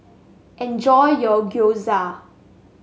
enjoy your Gyoza